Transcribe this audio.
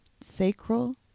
sacral